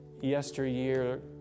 yesteryear